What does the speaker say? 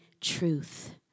truth